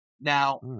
Now